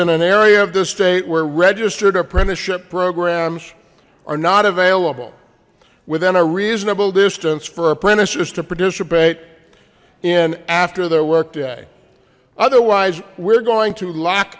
in an area of the state where registered apprenticeship programs are not available within a reasonable distance for apprentices to participate in after their workday otherwise we're going to lock